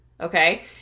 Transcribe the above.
Okay